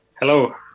Hello